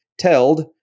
Teld